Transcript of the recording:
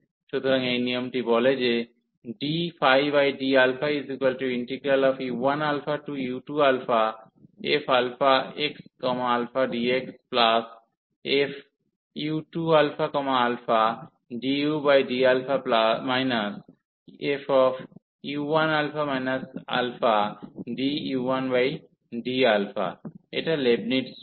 সুতরাং এই নিয়মটি বলে যে ddu1u2fxαdx fu2ααdu2dα fu1ααdu1dα এটাই লেবনিটজ রুল